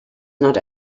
not